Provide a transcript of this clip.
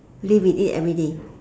live with it everyday